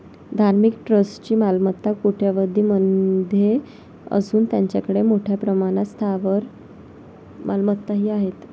धार्मिक ट्रस्टची मालमत्ता कोट्यवधीं मध्ये असून त्यांच्याकडे मोठ्या प्रमाणात स्थावर मालमत्ताही आहेत